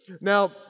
Now